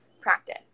practice